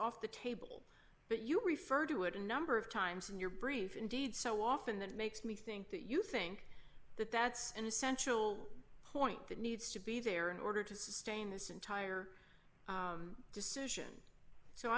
off the table but you referred to it a number of times in your brief indeed so often that makes me think that you think that that's an essential point that needs to be there in order to sustain this entire decision so